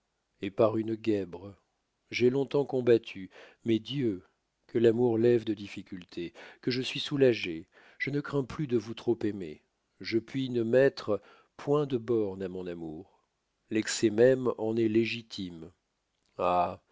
et par une guèbre j'ai longtemps combattu mais dieux que l'amour lève de difficultés que je suis soulagée je ne crains plus de vous trop aimer je puis ne mettre point de bornes à mon amour l'excès même en est légitime ah